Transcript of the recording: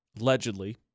allegedly